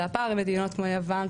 רשימה שמונה בעצם מדינות כמו יוון,